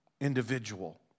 individual